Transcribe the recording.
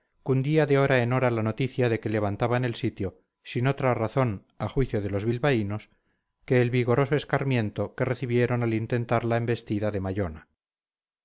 plaza cundía de hora en hora la noticia de que levantaban el sitio sin otra razón a juicio de los bilbaínos que el vigoroso escarmiento que recibieron al intentar la embestida de